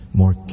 more